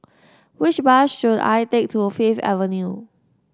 which bus should I take to Fifth Avenue